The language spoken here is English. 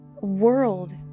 world